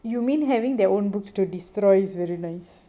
you mean having their own books to destroys is very nice